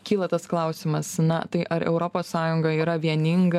kyla tas klausimas na tai ar europos sąjunga yra vieninga